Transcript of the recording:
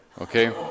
Okay